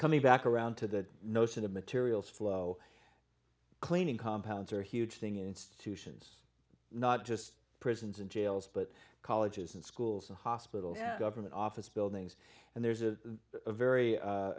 coming back around to the notion of materials flow cleaning compounds are a huge thing in institutions not just prisons and jails but colleges and schools and hospitals government office buildings and there's a very a